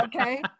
okay